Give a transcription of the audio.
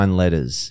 letters